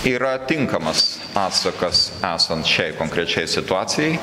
yra tinkamas atsakas esant šiai konkrečiai situacijai